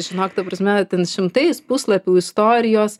žinok ta prasme ten šimtais puslapių istorijos